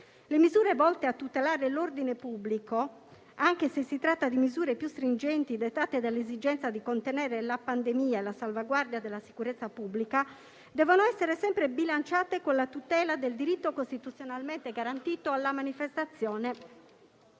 Le misure volte a tutelare l'ordine pubblico, anche se si tratta di misure più stringenti dettate dalle esigenze di contenere la pandemia e dalla salvaguardia della sicurezza pubblica, devono essere sempre bilanciate con la tutela del diritto costituzionalmente garantito alla manifestazione